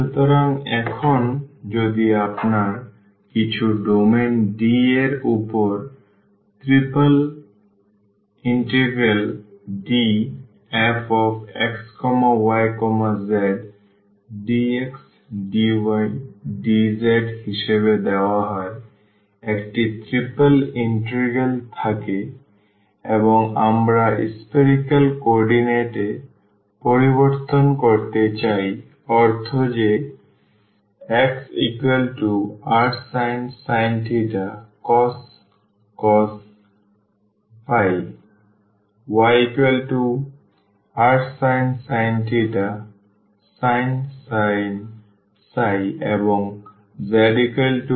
সুতরাং এখানে যদি আপনার কিছু ডোমেইন d এর উপরে Dfxyzdxdydz হিসাবে দেওয়া একটি ট্রিপল ইন্টিগ্রাল থাকে এবং আমরা spherical কোঅর্ডিনেট এ পরিবর্তন করতে চাই অর্থ যে xrsin cos yrsin sin এবং zrcos